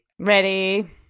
Ready